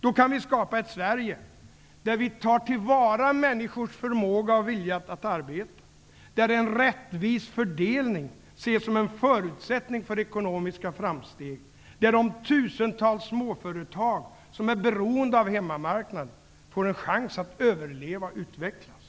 Då kan vi skapa ett Sverige, där vi tar vara på människors förmåga och vilja att arbeta, där en rättvis fördelning ses som en förutsättning för ekonomiska framsteg och där de tusentals småföretag som är beroende av hemmamarknaden får en chans att överleva och utvecklas.